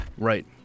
Right